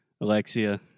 Alexia